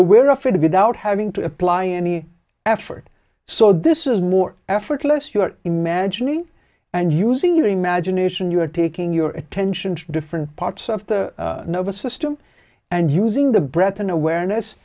aware of it without having to apply any effort so this is more effortless you are imagining and using your imagination you are taking your attention to different parts of the nervous system and using the breath an awareness